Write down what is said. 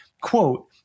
quote